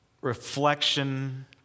reflection